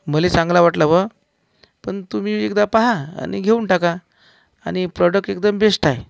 मला चांगला वाटलं बुवा पण तुम्ही एकदा पाहा आणि घेऊन टाका आणि प्रॉडक्ट एकदम बेस्ट हाय